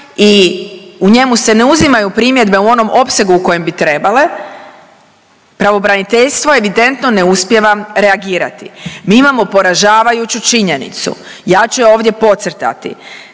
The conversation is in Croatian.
i u njemu se ne uzimaju primjedbe u onom opsegu u kojem bi trebale, pravobraniteljstvo evidentno ne uspijeva reagirati. Mi imamo poražavajuću činjenicu, ja ću je ovdje podcrtati